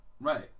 Right